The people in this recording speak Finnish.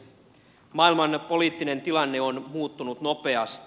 maailman poliittinen tilanne on muuttunut nopeasti